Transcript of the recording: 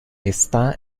está